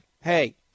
hey